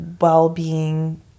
well-being